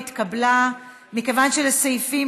להלן: קבוצת סיעת יש עתיד,